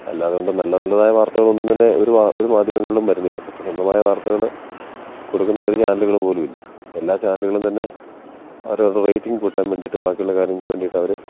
അല്ലാത്തതുകൊണ്ട് നല്ല നല്ലതായ വാർത്തകളൊന്നും തന്നെ ഒരു ഒരു മാധ്യമങ്ങളിലും വരുന്നില്ല സത്യസന്ധമായ വാർത്തകൾ കൊടുക്കുന്ന ഒരു ചാനലുകളുപോലുമില്ല എല്ലാ ചാനലുകളും തന്നെ അവരവരുടെ റേറ്റിങ്ങ് കൂട്ടാൻ വേണ്ടിയിട്ട് ബാക്കിയുള്ള കാര്യങ്ങൾക്ക് വേണ്ടിയിട്ടവർ